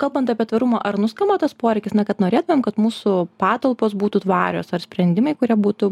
kalbant apie tvarumą ar nuskamba tas poreikis na kad norėtumėm kad mūsų patalpos būtų tvarios ar sprendimai kurie būtų